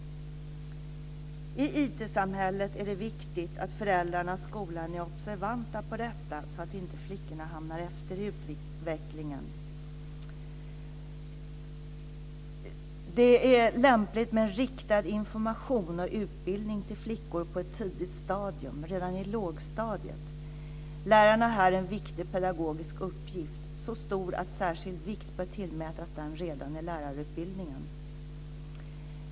I IT-samhället är det viktigt att föräldrarna och skolan är observanta på detta så att flickorna inte halkar efter i utvecklingen. Det är lämpligt med riktad information och utbildning till flickor på ett tidigt stadium, redan i lågstadiet. Lärarna har här en viktig pedagogisk uppgift, så stor att särskild vikt bör tillmätas den redan i lärarutbildningen.